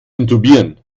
intubieren